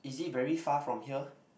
is it very far from here